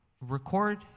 record